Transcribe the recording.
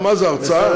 מה זה, הרצאה?